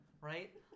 right